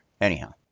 Anyhow